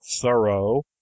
thorough